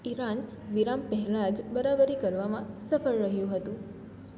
Iran વિરામ પહેલાં જ બરાબરી કરવામાં સફળ રહ્યું હતું